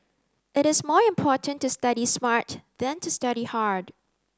it is more important to study smart than to study hard